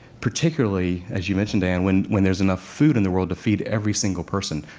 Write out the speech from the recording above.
particularly, as you mentioned, diane, when when there's enough food in the world to feed every single person.